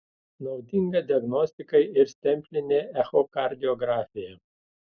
naudinga diagnostikai ir stemplinė echokardiografija